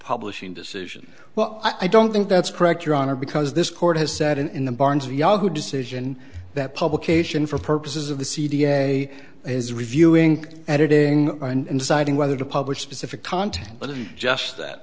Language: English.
publishing decision well i don't think that's correct your honor because this court has said in the barn's of yahoo decision that publication for purposes of the c d a is reviewing editing and deciding whether to publish specific content but just that